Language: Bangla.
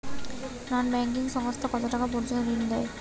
নন ব্যাঙ্কিং সংস্থা কতটাকা পর্যন্ত ঋণ দেয়?